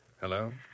Hello